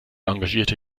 engagierte